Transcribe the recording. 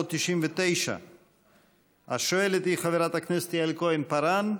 499. השואלת היא חברת הכנסת יעל כהן-פארן.